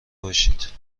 باشید